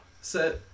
set